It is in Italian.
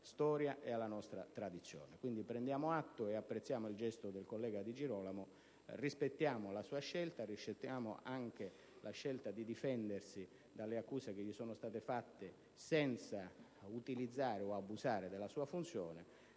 storia e alla nostra tradizione. Dunque, prendiamo atto ed apprezziamo il gesto del collega Di Girolamo; rispettiamo la sua scelta, anche quella di difendersi dalle accuse che gli sono state mosse senza utilizzare o abusare della sua funzione.